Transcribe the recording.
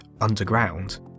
underground